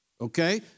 okay